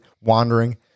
wandering